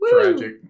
Tragic